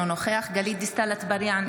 אינו נוכח גלית דיסטל אטבריאן,